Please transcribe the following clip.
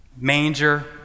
manger